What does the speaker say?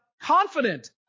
confident